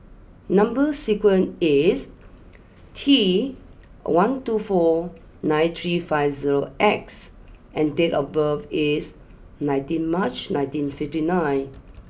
number sequence is T one two four nine three five zero X and date of birth is nineteen March nineteen fifty nine